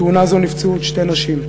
בתאונה זו נפצעו עוד שתי נשים.